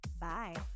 Bye